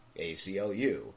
ACLU